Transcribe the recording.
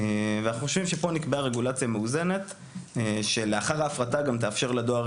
אנחנו חושבים שפה נקבעה רגולציה מאוזנת שלאחר ההפרטה גם תאפשר לדואר